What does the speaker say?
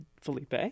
Felipe